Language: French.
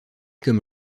comme